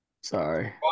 Sorry